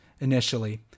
initially